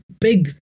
big